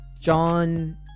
John